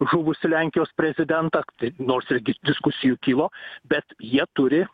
žuvusį lenkijos prezidentą nors irgi diskusijų kilo bet jie turi